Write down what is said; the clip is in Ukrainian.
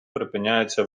припиняється